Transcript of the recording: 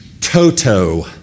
toto